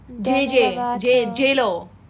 demi lovato